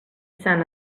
sant